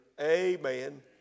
Amen